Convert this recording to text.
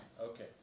Okay